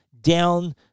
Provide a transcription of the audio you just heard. down